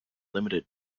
limited